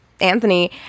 Anthony